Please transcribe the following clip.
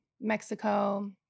mexico